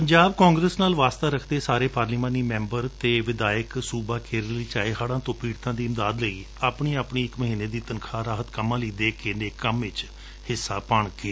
ਪੰਜਾਬ ਕਾਂਗਰਸ ਨਾਲ ਵਾਸਤਾ ਰਖਦੇ ਸਾਰੇ ਪਾਰਲੀਮਾਨੀ ਮੈਂਬਰ ਅਤੇ ਵਿਧਾਇਕ ਸੁਬਾ ਕੇਰਲ ਵਿਚ ਆਏ ਹੜਾਂ ਤੋ ਪੀੜਤਾਂ ਦੀ ਇਮਦਾਦ ਲਈ ਆਪਣੀ ਆਪਣੀ ਇਕ ਮਹੀਨੇ ਦੀ ਤਨਖਾਹ ਰਾਹਤ ਕੰਮਾ ਲਈ ਦੇ ਕੇ ਨੇਕ ਕੰਮ ਵਿਚ ਹਿੱਸਾ ਪਾਉਣਗੇ